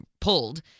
pulled